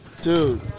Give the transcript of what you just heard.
Dude